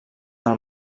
del